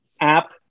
app